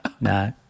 no